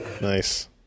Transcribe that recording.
nice